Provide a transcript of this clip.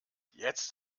jetzt